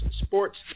sports